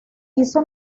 hizo